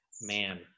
man